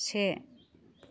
से